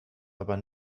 aber